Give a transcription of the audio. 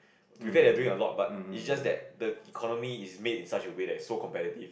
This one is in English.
to that they doing a lot but is just that the economy is base in such a way that's so competitive